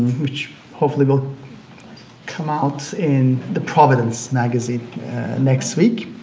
which, hopefully, will come out in the providence magazine next week.